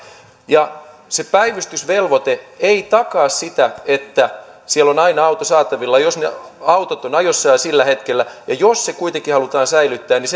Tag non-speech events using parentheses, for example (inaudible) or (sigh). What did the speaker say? se päivystysvelvoite ei takaa sitä että siellä on aina auto saatavilla jos ne autot ovat jo sillä hetkellä ajossa ja jos se päivystysvelvoite kuitenkin halutaan säilyttää niin (unintelligible)